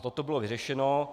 Toto bylo vyřešeno.